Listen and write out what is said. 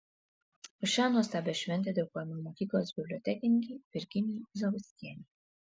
už šią nuostabią šventę dėkojame mokyklos bibliotekininkei virginijai zavadskienei